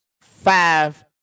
five